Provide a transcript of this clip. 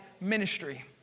ministry